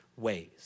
ways